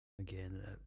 Again